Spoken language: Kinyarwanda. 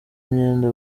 myenda